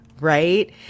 Right